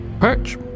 Perch